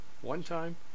one-time